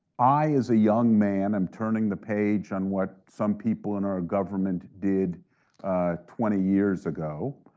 i as a young man, i'm turning the page on what some people in our government did twenty years ago,